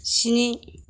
स्नि